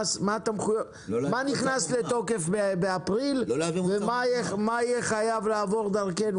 מה נכנס לתוקף באפריל ומה יהיה חייב לעבור דרכנו,